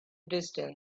distance